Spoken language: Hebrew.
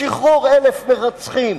בשחרור 1,000 מרצחים.